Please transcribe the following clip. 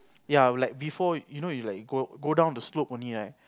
ya I would like before you you know you go down the slope only right